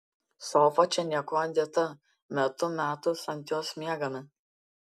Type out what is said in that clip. sofa čia niekuo dėta metų metus ant jos miegame